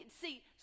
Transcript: See